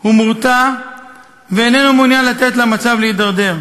הוא מורתע ואיננו מעוניין לתת למצב להידרדר.